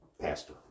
pastor